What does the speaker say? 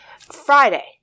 Friday